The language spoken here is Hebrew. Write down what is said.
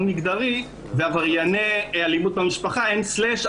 מגדרי" ו"עברייני אלימות במשפחה" לא כתוב גם